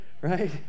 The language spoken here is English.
right